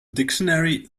dictionary